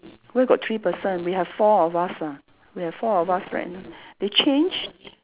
where got three person we have four of us lah we have four of us right now they changed